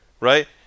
right